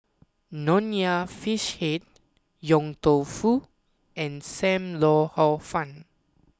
Nonya Fish Head Yong Tau Foo and Sam Lau Hor Fun